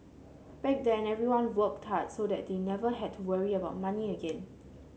back then everyone worked hard so that they never had to worry about money again